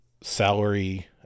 salary